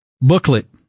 booklet